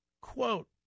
Quote